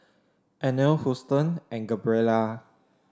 Annabel Houston and Gabriella